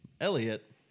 Elliot